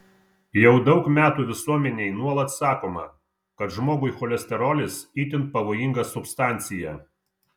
jau daug metų visuomenei nuolat sakoma kad žmogui cholesterolis itin pavojinga substancija